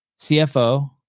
CFO